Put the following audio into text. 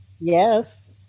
Yes